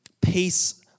peace